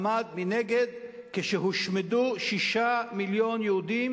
העולם עמד מנגד כשהושמדו שישה מיליון יהודים